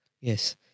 Yes